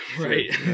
right